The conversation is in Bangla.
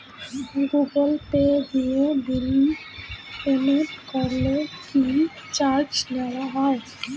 গুগল পে দিয়ে বিল পেমেন্ট করলে কি চার্জ নেওয়া হয়?